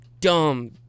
dumb